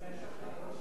מיכאל איתן,